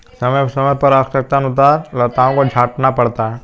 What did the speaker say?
समय समय पर आवश्यकतानुसार लताओं को छांटना पड़ता है